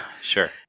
Sure